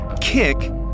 kick